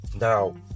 now